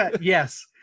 Yes